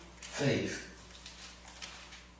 faith